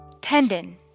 Tendon